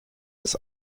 des